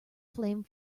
flame